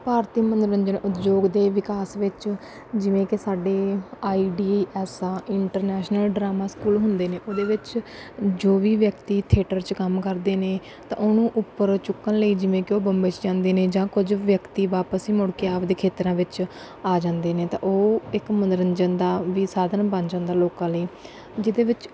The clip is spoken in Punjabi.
ਭਾਰਤੀ ਮਨੋਰੰਜਨ ਉਦਯੋਗ ਦੇ ਵਿਕਾਸ ਵਿੱਚ ਜਿਵੇਂ ਕਿ ਸਾਡੇ ਆਈ ਡੀ ਐੱਸ ਆ ਇੰਟਰਨੈਸ਼ਨਲ ਡਰਾਮਾ ਸਕੂਲ ਹੁੰਦੇ ਨੇ ਉਹਦੇ ਵਿੱਚ ਜੋ ਵੀ ਵਿਅਕਤੀ ਥੀਏਟਰ 'ਚ ਕੰਮ ਕਰਦੇ ਨੇ ਤਾਂ ਉਹਨੂੰ ਉੱਪਰ ਚੁੱਕਣ ਲਈ ਜਿਵੇਂ ਕਿ ਉਹ ਬੰਬੇ 'ਚ ਜਾਂਦੇ ਨੇ ਜਾਂ ਕੁਝ ਵਿਅਕਤੀ ਵਾਪਸ ਹੀ ਮੁੜ ਕੇ ਆਪ ਦੇ ਖੇਤਰਾਂ ਵਿੱਚ ਆ ਜਾਂਦੇ ਨੇ ਤਾਂ ਉਹ ਇੱਕ ਮਨੋਰੰਜਨ ਦਾ ਵੀ ਸਾਧਨ ਬਣ ਜਾਂਦਾ ਲੋਕਾਂ ਲਈ ਜਿਹਦੇ ਵਿੱਚ